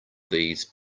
these